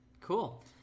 Cool